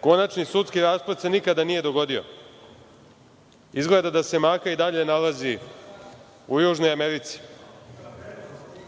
Konačni sudski rasplet se nikada nije dogodio. Izgleda da se Maka i dalje nalazi u Južnoj Americi. Da